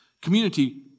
community